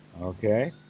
Okay